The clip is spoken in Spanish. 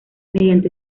mediante